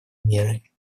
мерой